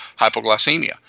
hypoglycemia